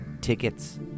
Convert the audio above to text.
tickets